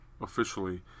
officially